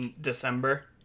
December